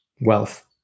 wealth